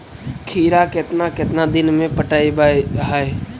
खिरा केतना केतना दिन में पटैबए है?